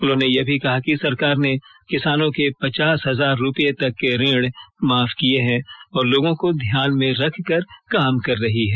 उन्होंने यह भी कहा कि सरकार ने किसानों के पचास हजार तक के ऋण माफ किये हैं और लोगों को ध्यान मे रखकर काम कर रही है